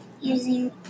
using